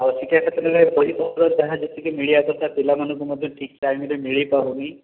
ଆଉ ଶିକ୍ଷା କ୍ଷେତ୍ରରେ ବହି ପତ୍ର ଯାହାଯେତିକି ମିଳିବା କଥା ପିଲାମାନଙ୍କୁ ମଧ୍ୟ ଠିକ ଟାଇମ୍ରେ ମିଳିପାରୁନି